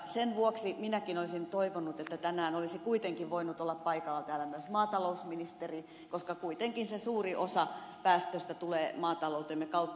sen vuoksi minäkin olisin toivonut että tänään olisi kuitenkin voinut olla paikalla täällä myös maatalousministeri koska kuitenkin suuri osa päästöistä tulee maataloutemme kautta